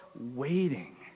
waiting